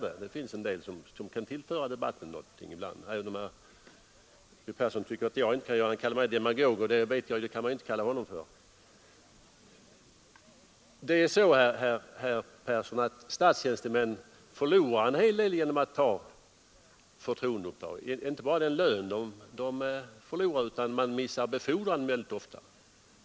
En del av dem kan ibland tillföra debatten något av värde, även om herr Persson inte tycker att jag gör det — han kallar mig demagog, men det kan man ju inte som bekant kalla honom. Statstjänstemän förlorar en hel del genom att ta förtroendeuppdrag, herr Persson. De förlorar inte bara lön utan de missar väldigt ofta möjligheten till befordran.